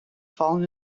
fallen